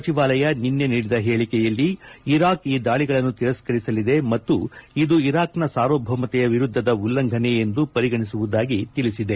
ಸಚಿವಾಲಯ ನಿನ್ನೆ ನೀಡಿದ ಹೇಳಿಕೆಯಲ್ಲಿ ಇರಾಕ್ ಈ ದಾಳಿಗಳನ್ನು ತಿರಸ್ನರಿಸಲಿದೆ ಮತ್ತು ಇದು ಇರಾಕ್ನ ಸಾರ್ವಭೌಮತೆಯ ವಿರುದ್ದದ ಉಲ್ಲಂಘನೆ ಎಂದು ಪರಿಗಣಿಸುವುದಾಗಿ ಹೇಳಿದೆ